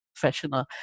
professional